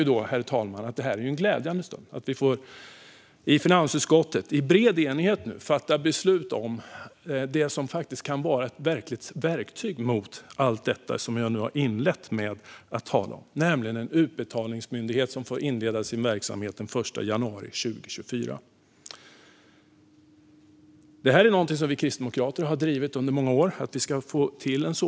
Jag tycker därför att det är en glädjens stund när vi i bred enighet får fatta beslut om det som faktiskt kan vara ett verkligt verktyg mot den brottslighet som jag har inlett med att tala om, nämligen en utbetalningsmyndighet som får inleda sin verksamhet den 1 januari 2024. Att en sådan myndighet ska bli verklighet är någonting som vi kristdemokrater har drivit under många år.